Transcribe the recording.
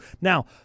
Now